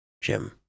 Jim